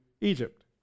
Egypt